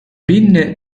pinne